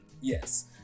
Yes